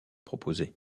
proposées